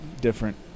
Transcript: different